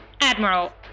Admiral